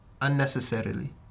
unnecessarily